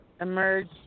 emerge